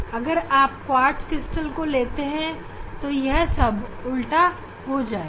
अगर आप quartz crystal को लेते हैं तो यह विपरीत होगा